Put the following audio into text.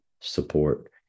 support